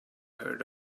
heard